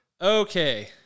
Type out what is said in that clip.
Okay